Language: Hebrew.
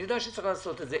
אני יודע שצריך לעשות את זה.